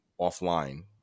offline